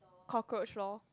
cockroach loh